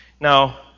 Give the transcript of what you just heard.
Now